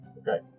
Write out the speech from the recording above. Okay